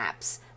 apps